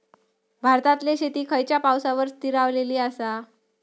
भारतातले शेती खयच्या पावसावर स्थिरावलेली आसा?